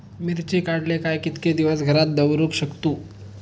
मिर्ची काडले काय कीतके दिवस घरात दवरुक शकतू?